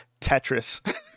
tetris